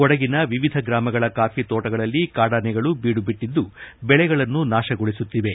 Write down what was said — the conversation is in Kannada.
ಕೊಡಗಿನ ವಿವಿಧ ಗ್ರಾಮಗಳ ಕಾಫಿತೋಣಗಳಲ್ಲಿ ಕಾಡಾನೆಗಳು ಬೀಡುಬಿಟ್ಟಿದ್ದು ಬೆಳೆಗಳನ್ನು ನಾಶಗೊಳಿಸುತ್ತಿವೆ